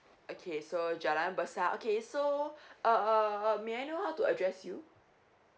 okay so jalan besar okay so err may I know how to address you